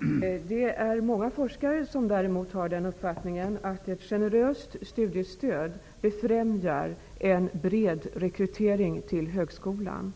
Herr talman! Det är många forskare som har uppfattningen att ett generöst studiestöd befrämjar en bred rekrytering till högskolan.